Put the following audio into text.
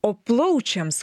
o plaučiams